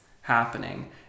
happening